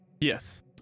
yes